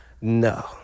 No